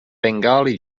bengali